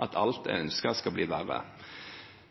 at alt en ønsker, er at det skal bli verre.